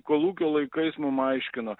kolūkio laikais mum aiškino